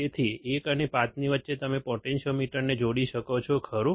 તેથી 1 અને 5 ની વચ્ચે તમે પોટેન્ટીયોમીટરને જોડી શકો છો ખરું